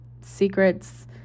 secrets